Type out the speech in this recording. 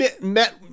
met